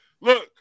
Look